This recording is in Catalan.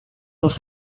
els